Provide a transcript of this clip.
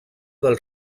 del